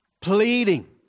pleading